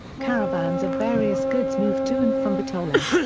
caravans of various goods moved to and from bitola.